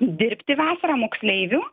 dirbti vasarą moksleivių